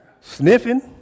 sniffing